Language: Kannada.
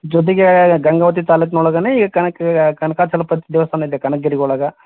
ಜೋತಿಗೆ ಗಂಗಾವತಿ ತಾಲೂಕ್ನೊಳ್ಗೆನೆ ಈ ಕನಕ ಕನಕಾಛಲಪತಿ ದೇವಸ್ಥಾನ ಇದೆ ಕನಕಗಿರಿ ಒಳಗೆ